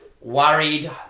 worried